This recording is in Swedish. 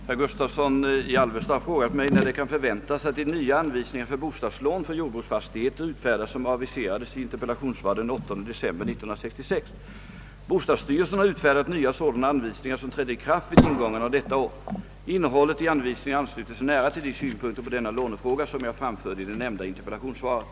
Herr talman! Herr Gustavsson i Alvesta har frågat mig när det kan förväntas att de nya anvisningar för bostadslån för jordbruksfastigheter utfärdas som aviserades i interpellationssvar den 8 december 1966. Bostadsstyrelsen har utfärdat nya sådana anvisningar som trädde i kraft vid ingången av detta år. Innehållet i anvisningarna ansluter sig nära till de synpunkter på denna lånefråga som jag framförde i det nämnda interpellationssvaret.